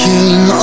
King